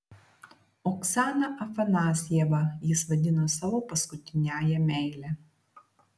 oksaną afanasjevą jis vadino savo paskutiniąja meile